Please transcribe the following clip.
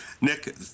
Nick